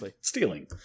stealing